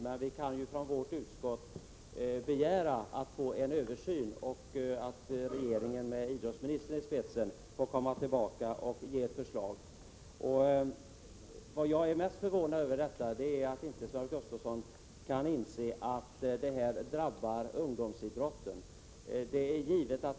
Men utskottet kan ju begära att få en översyn och att regeringen med idrottsministern i spetsen får komma tillbaka med ett förslag. Vad jag är mest förvånad över är att Nils-Olof Gustafsson inte kan inse att ungdomsidrotten drabbas.